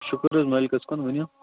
شُکُر حظ مٲلِکَس کُن ؤنِو